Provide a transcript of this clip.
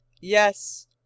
Yes